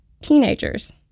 teenagers